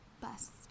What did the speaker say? bust